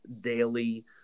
daily